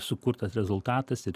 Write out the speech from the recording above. sukurtas rezultatas ir